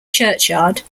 churchyard